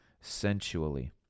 sensually